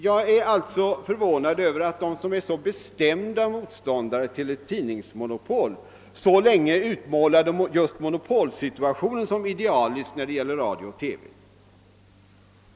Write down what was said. Jag är alltså förvånad över att de som är bestämda motståndare till ett tidningsmonopol så länge utmålade monopolsituationen som idealisk när det gäller radio och TV.